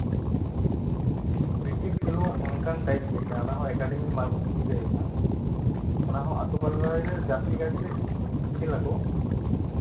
cricket ᱠᱷᱮᱞᱳᱜ ᱚᱱᱠᱟᱱ type ᱜᱮ ᱠᱟᱱᱟ ᱮᱠᱟᱰᱮᱢᱤ ᱢᱟᱨᱯᱷᱚᱛ ᱛᱮᱜᱮ ᱦᱩᱭᱩᱜᱼᱟ ᱚᱱᱟᱦᱚᱸ ᱟᱛᱳ ᱯᱟᱲᱟᱨᱮ ᱡᱟᱹᱥᱛᱤ ᱠᱟᱭᱛᱮ ᱠᱷᱮᱞ ᱟᱠᱚ